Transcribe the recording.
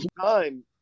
time